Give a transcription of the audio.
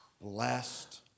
blessed